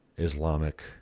Islamic